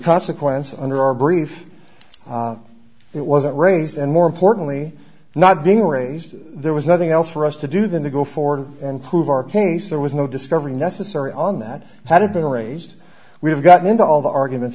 consequence under our brief it wasn't raised and more importantly not being raised there was nothing else for us to do than to go forward and prove our case there was no discovery necessary on that how did they raised we have gotten into all the arguments